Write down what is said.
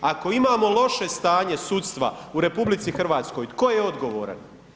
Ako imamo loše stanje sudstva u RH tko je odgovoran?